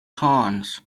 cons